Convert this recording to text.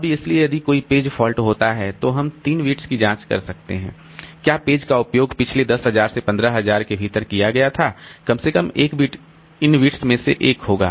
अब इसलिए यदि कोई पेज फॉल्ट होता है तो हम 3 बिट्स की जांच कर सकते हैं कि क्या पेज का उपयोग पिछले 10 000 से 15 000 के भीतर किया गया था कम से कम 1 बिट इन बिट्स में से एक होगा